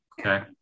Okay